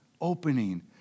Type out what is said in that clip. opening